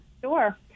Sure